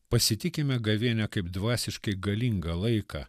pasitikime gavėnią kaip dvasiškai galingą laiką